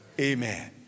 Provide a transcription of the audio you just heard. Amen